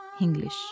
English